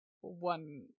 one